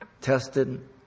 tested